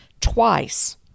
twice